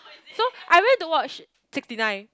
so I went to watch sixty nine